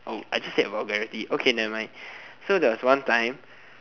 oh I just said a vulgarity okay nevermind so there was one time